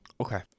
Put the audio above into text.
Okay